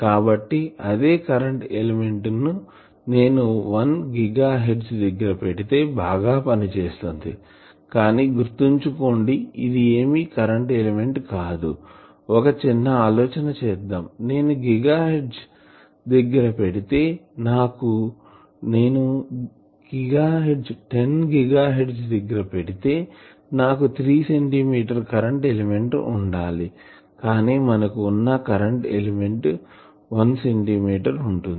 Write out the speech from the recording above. కాబట్టి అదే current element ను నేను 1 గిగా హెర్ట్జ్ దగ్గర పెడితే బాగా పని చేస్తుంది కానీ గుర్తుంచుకోండి ఇది ఏమి కరెంటు ఎలిమెంట్ కాదు ఒక చిన్న ఆలోచన చేద్దాం నేను గిగా హెర్ట్జ్ 10 దగ్గర పెడితే నాకు 3 సెంటీమీటర్ కరెంటు ఎలిమెంట్ ఉండాలి కానీ మనకు ఉన్న కరెంటు ఎలిమెంట్ 1 సెంటీమీటర్ ఉంటుంది